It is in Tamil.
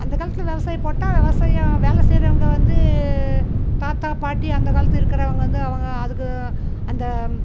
அந்த காலத்தில் விவசாயம் போட்டால் விவசாயம் வேலை செய்யறவங்க வந்து தாத்தா பாட்டி அந்த காலத்தில் இருக்குறவங்க வந்து அவங்க அதற்கு அந்த